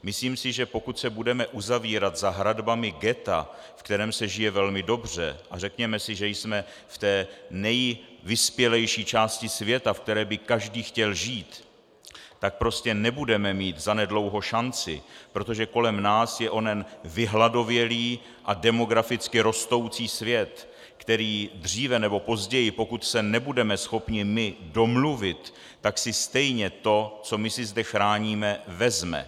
Myslím si, že pokud se budeme uzavírat za hradbami ghetta, ve kterém se žije velmi dobře a řekněme si, že jsme v té nejvyspělejší části světa, ve které by každý chtěl žít , tak prostě nebudeme mít zanedlouho šanci, protože kolem nás je onen vyhladovělý a demograficky rostoucí svět, který si dříve nebo později, pokud se nebudeme schopni my domluvit, stejně to, co my si zde chráníme, vezme.